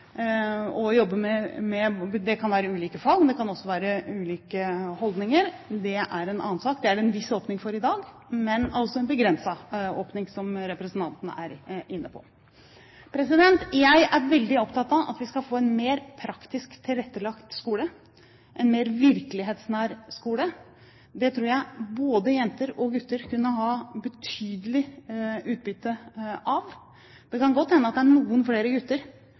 gruppe og jobbe med ulike fag eller ulike holdninger, er en annen sak. Det er det en viss åpning for i dag, men altså en begrenset åpning, som representanten er inne på. Jeg er veldig opptatt av at vi skal få en mer praktisk tilrettelagt skole – en mer virkelighetsnær skole. Det tror jeg både jenter og gutter kunne ha betydelig utbytte av. Det kan godt hende at det ville være noen flere gutter